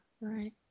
Right